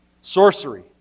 sorcery